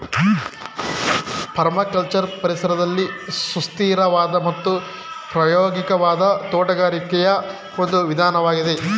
permaculture ಪರಿಸರದಲ್ಲಿ ಸುಸ್ಥಿರವಾದ ಮತ್ತು ಪ್ರಾಯೋಗಿಕವಾದ ತೋಟಗಾರಿಕೆಯ ಒಂದು ವಿಧಾನವಾಗಿದೆ